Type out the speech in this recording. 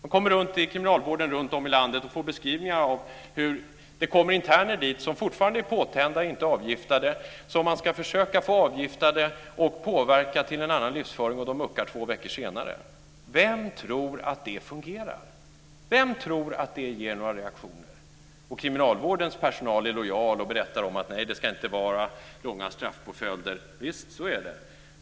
Inom kriminalvården runtom i landet får man beskrivningar av hur det kommer interner dit som fortfarande är påtända och inte avgiftade och som man ska försöka få avgiftade och påverka till en annan livsföring. Sedan muckar de två veckor senare. Vem tror att det fungerar? Vem tror att det ger några reaktioner? Och kriminalvårdens personal är lojal och berättar om att man inte ska ha några långa straffpåföljder. Visst, så är det.